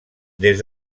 des